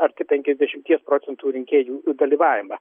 arti penkiasdešimties procentų rinkėjų dalyvavimą